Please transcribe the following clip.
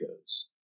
goes